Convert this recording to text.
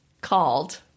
called